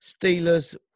Steelers